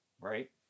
right